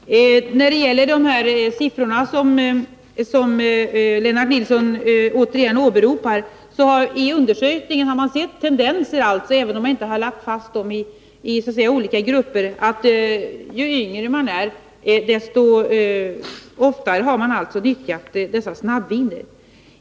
Fru talman! När det gäller de siffror som Lennart Nilsson återigen åberopade vill jag framhålla att man i vissa undersökningar konstaterat tendenser — även om man inte presenterat siffror för olika åldersgrupper — till att ju yngre personer det är fråga om, desto oftare nyttjas dessa snabbviner.